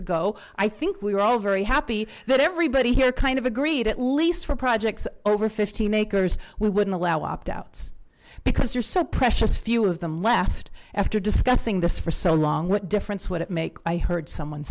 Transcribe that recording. ago i think we were all very happy that everybody here kind of agreed at least for projects over fifteen acres we wouldn't allow opt outs because they're so precious few of them left after discussing this for so long what difference would it make i heard someone